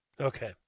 Okay